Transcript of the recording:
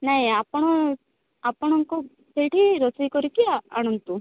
ନାଇଁ ଆପଣ ଆପଣଙ୍କୁ ସେଇଠି ରୋଷେଇ କରିକି ଆଣନ୍ତୁ